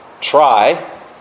try